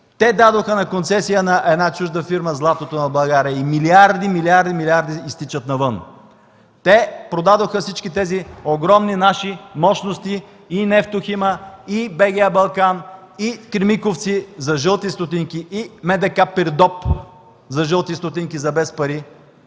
– дадоха на концесия на една чужда фирма златото на България и милиарди, милиарди изтичат навън. Те продадоха всички тези огромни наши мощности – и „Нефтохим”, и БГА „Балкан”, и „Кремиковци” за жълти стотинки. И МДК – Пирдоп – за жълти стотинки! За без пари